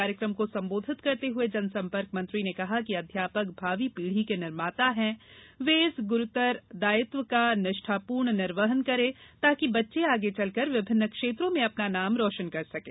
कार्यक्रम को सम्बोधित करते हुए जनसंपर्क मंत्री ने कहा कि अध्यापक भावी पीढ़ी के निर्माता है वे इस गुरूतर दायित्व का निष्ठापूर्वक निर्वहन करें ताकि बच्चे आगे चलकर विभिन्न क्षेत्रों में अपना नाम रोशन कर सकें